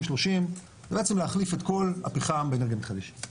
זה להחליף את כל הפחם באנרגיה מתחדשת.